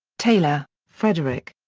taylor, frederick.